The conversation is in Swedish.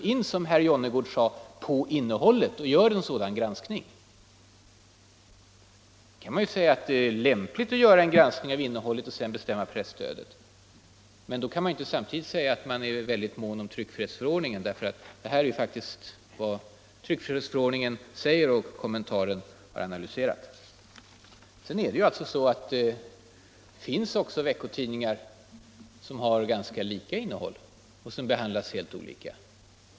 Man går, som herr Jonnergård sade, in på innehållet och gör en sådan granskning. Man kan naturligtvis säga att det är lämpligt att göra en granskning av innehållet och sedan bestämma presstödet. Men då kan man inte samtidigt säga att man är mån om tryckfrihetsförordningen. Det finns faktiskt också veckotidningar med ganska lika innehåll som behandlas helt olika.